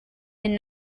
and